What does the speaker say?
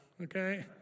okay